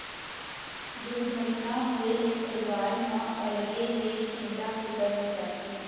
दुरघटना होए ले परिवार म अलगे ले चिंता फिकर हो जाथे